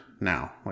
now